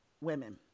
women